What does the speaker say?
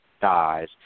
dies